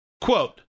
quote